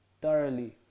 thoroughly